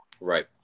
Right